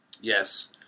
Yes